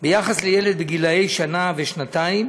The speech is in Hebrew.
בעד ילד בגיל שנה ובגיל שנתיים